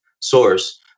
source